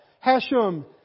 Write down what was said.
Hashem